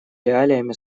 реалиями